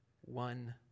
one